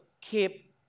keep